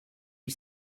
you